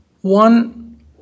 One